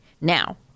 now